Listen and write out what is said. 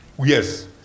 yes